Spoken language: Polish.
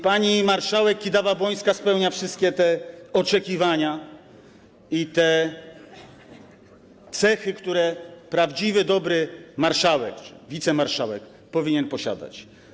Pani marszałek Kidawa-Błońska spełnia wszystkie te oczekiwania i posiada cechy, które prawdziwy, dobry marszałek czy wicemarszałek powinien posiadać.